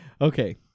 Okay